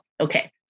okay